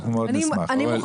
מילה